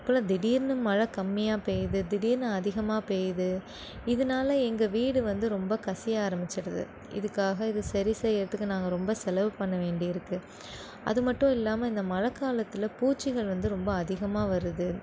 இப்போலாம் திடீர்ன்னு மழை கம்மியாக பெய்யுது திடீர்ன்னு அதிகமாக பெயிது இதனால எங்கள் வீடு வந்து ரொம்ப கசிய ஆரமிச்சிடுது இதுக்காக இது சரி செய்யறதுக்கு நாங்கள் ரொம்ப செலவு பண்ண வேண்டி இருக்கு அது மட்டும் இல்லாம இந்த மழை காலத்தில் பூச்சிகள் வந்து ரொம்ப அதிகமாக வருது